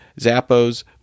Zappos